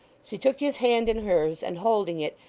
she took his hand in hers, and holding it,